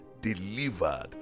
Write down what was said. delivered